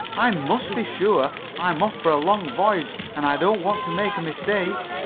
i must be sure. i'm off for a long voyage, and i don't want to make a mistake.